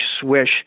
swish